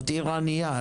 זאת עיר עניה.